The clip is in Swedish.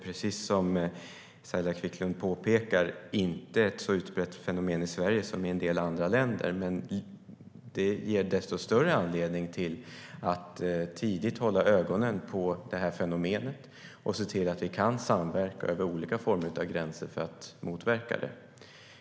Precis som Saila Quicklund påpekar är detta inte ett så utbrett fenomen i Sverige som i en del andra länder, men det ger desto större anledning till att tidigt hålla ögonen på det och se till att vi kan samverka över olika gränser för att motverka det.